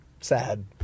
sad